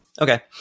Okay